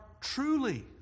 truly